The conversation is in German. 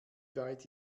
weit